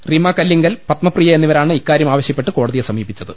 റീമ കല്ലിങ്ങൽ പത്മപ്രിയ എന്നി വരാണ് ഇക്കാര്യം ആവശ്യപ്പെട്ട് കോടതിയെ സമീപിച്ചത്